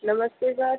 नमस्ते सर